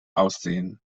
aussehen